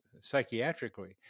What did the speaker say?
psychiatrically